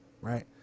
right